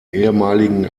ehemaligen